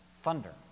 thunder